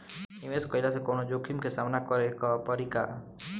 निवेश कईला से कौनो जोखिम के सामना करे क परि का?